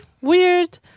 weird